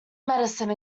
medicine